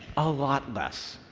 a lot less.